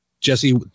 jesse